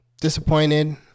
disappointed